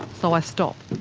so i stop.